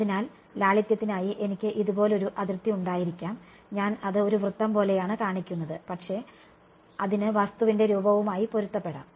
അതിനാൽ ലാളിത്യത്തിനായി എനിക്ക് ഇതുപോലൊരു അതിർത്തി ഉണ്ടായിരിക്കാം ഞാൻ അത് ഒരു വൃത്തം പോലെയാണ് കാണിക്കുന്നത് പക്ഷേ അതിന് വസ്തുവിന്റെ രൂപവുമായി പൊരുത്തപ്പെടാം